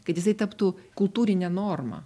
kad jisai taptų kultūrine norma